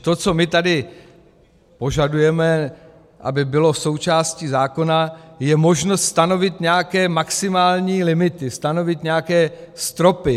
To, co my tady požadujeme, aby bylo součástí zákona je možnost stanovit nějaké maximální limity, stanovit nějaké stropy.